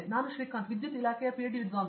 ನಾನು ಶ್ರೀಕಾಂತ್ ವಿದ್ಯುತ್ ಇಲಾಖೆಯ ಪಿಎಚ್ಡಿ ವಿದ್ವಾಂಸ